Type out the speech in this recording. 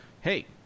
Hey